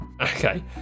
okay